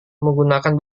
menggunakan